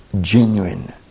genuine